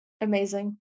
Amazing